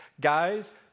guys